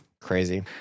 Crazy